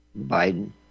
Biden